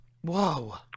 Whoa